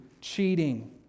cheating